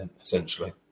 essentially